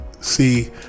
see